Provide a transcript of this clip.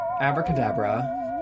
Abracadabra